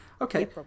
Okay